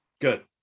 Good